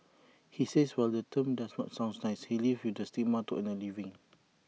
he says while the term does not sound nice he lives with the stigma to earn A living